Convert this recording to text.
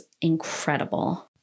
incredible